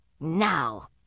now